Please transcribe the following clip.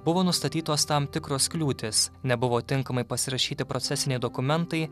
buvo nustatytos tam tikros kliūtys nebuvo tinkamai pasirašyti procesiniai dokumentai